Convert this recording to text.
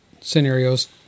scenarios